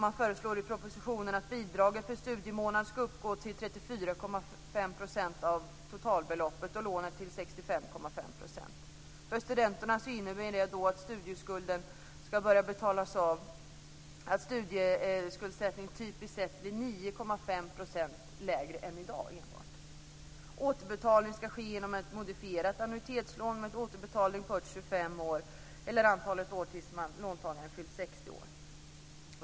Man föreslår i propositionen att bidraget per studiemånad ska uppgå till 34,5 % och lånet till 65,5 % av totalbeloppet. För studenterna innebär det att skuldsättningen typiskt sett enbart blir 9,5 % lägre än i dag. Återbetalning ska ske genom ett modifierat annuitetslån med återbetalning på 25 år eller antalet år till dess låntagaren har fyllt 60 år.